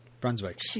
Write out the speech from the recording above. Brunswick